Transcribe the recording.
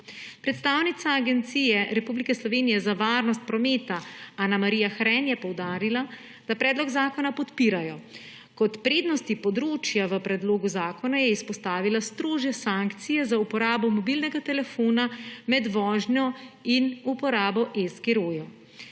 Predstavnica Agencije Republike Slovenije za varnost prometa Ana Marija Hren je poudarila, da predlog zakona podpirajo. Kot prednosti področja v predlogu zakona je izpostavila strožje sankcije za uporabo mobilnega telefona med vožnjo in uporabo e-skirojev.